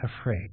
afraid